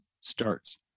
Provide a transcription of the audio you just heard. starts